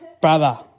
brother